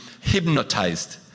hypnotized